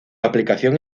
aplicación